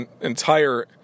entire